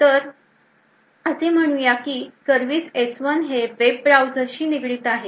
तर असे म्हणूया की सर्विस S1 हे वेब ब्राऊझरशी निगडित आहे